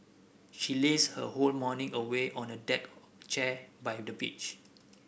she lazed her whole morning away on a deck chair by the beach